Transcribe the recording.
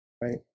right